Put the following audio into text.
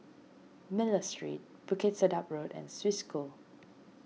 Miller Street Bukit Sedap Road and Swiss School